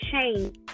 change